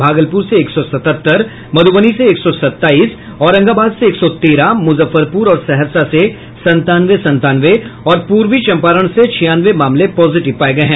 भागलपुर से एक सौ सतहत्तर मधुबनी से एक सौ सत्ताईस औरंगाबाद से एक सौ तेरह मुजफ्फरपुर और सहरसा से संतानवे संतानवे और पूर्वी चंपारण से छियानवे मामले पॉजिटिव पाये गये हैं